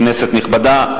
כנסת נכבדה,